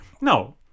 No